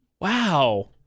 Wow